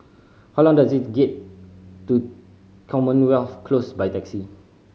how long does it get to Commonwealth Close by taxi